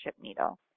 needle